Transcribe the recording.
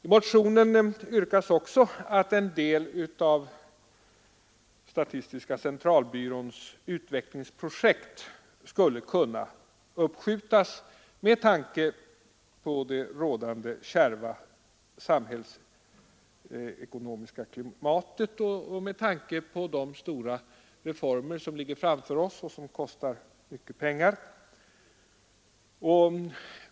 I motionen yrkas också att en del av statistiska centralbyråns utvecklingsprojekt skall uppskjutas med tanke på det rådande kärva samhällsekonomiska klimatet och med tanke på de stora reformer som ligger framför oss och som kostar mycket pengar.